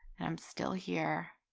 that i'm still here.